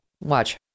Watch